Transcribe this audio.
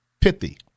pithy